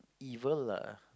evil lah